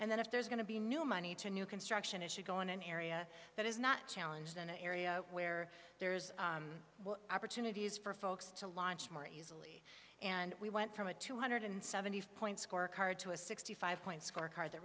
and then if there's going to be new money to new construction it should go on an area that is not challenge then an area where there's opportunities for folks to launch more easily and we went from a two hundred seventy five point scorecard to a sixty five point scorecard that